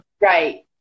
Right